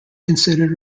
considered